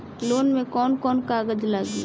Loan में कौन कौन कागज लागी?